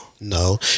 No